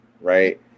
Right